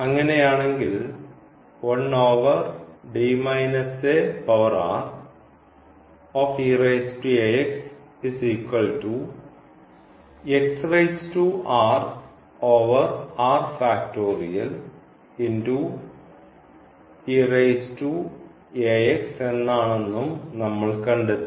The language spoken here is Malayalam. അങ്ങനെയാണെങ്കിൽ എന്നാണെന്നും നമ്മൾ കണ്ടെത്തി